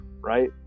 right